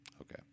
Okay